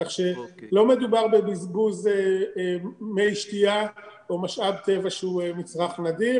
כך שלא מדובר בבזבוז מי שתייה או משאב טבע שהוא מצרך נדיר.